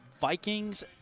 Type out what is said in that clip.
Vikings